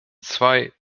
zwei